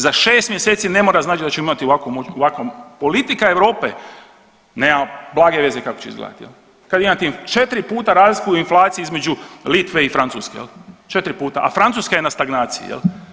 Za 6 mjeseci ne mora značiti da ćemo imati ovakvu, politika Europe nemamo blage veze kako će izgledati kad imate 4 puta razliku u inflaciji između Litve i Francuske jel, 4 puta, a Francuska je na stagnaciji jel.